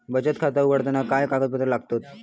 बचत खाता उघडताना काय कागदपत्रा लागतत?